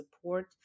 support